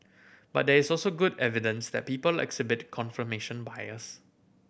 but there is also good evidence that people exhibit confirmation bias